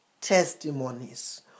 testimonies